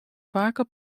faker